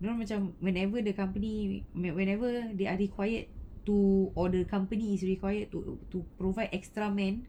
dia orang macam whenever the company when~ whenever they are required to or the company is required to to provide extra men